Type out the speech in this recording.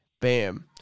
Bam